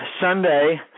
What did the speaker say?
Sunday